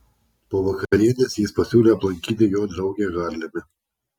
po vakarienės jis pasiūlė aplankyti jo draugę harleme